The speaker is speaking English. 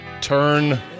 Turn